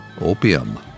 Opium